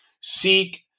seek